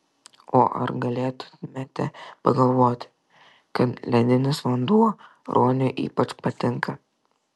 o ar galėtumėte pagalvoti kad ledinis vanduo ruoniui ypač patinka